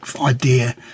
idea